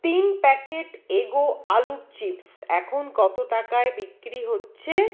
তিন প্যাকেট এগো আলুর চিপস এখন কতো টাকায় বিক্রি হচ্ছে